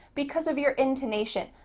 because of your intonation.